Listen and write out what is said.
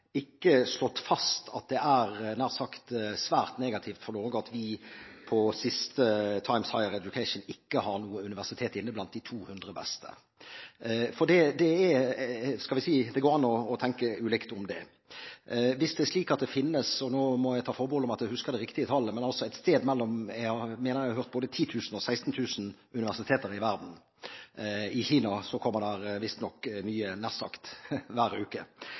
ikke er opptatt av å svartmale. Jeg har ikke slått fast at det er – nær sagt – svært negativt for Norge at vi på siste Times Higher Education ikke har noe universitet inne blant de 200 beste. Det går an å tenke ulikt om det. Hvis det er slik – og nå må jeg ta forbehold om at jeg husker det riktige antallet – at det finnes et sted mellom 10 000 og 16 000 universiteter i verden – i Kina kommer det visstnok nye nær sagt hver uke,